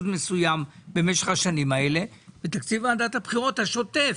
מסוים במשך השנים האלה בעוד שתקציב ועדת הבחירות השוטף,